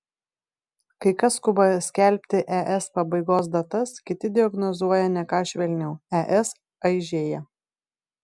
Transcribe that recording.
kai kas skuba skelbti es pabaigos datas kiti diagnozuoja ne ką švelniau es aižėja